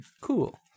Cool